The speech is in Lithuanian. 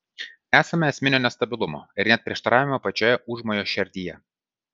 esama esminio nestabilumo ir net prieštaravimo pačioje užmojo šerdyje